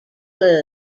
club